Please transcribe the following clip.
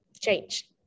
change